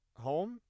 home